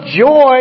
joy